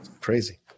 crazy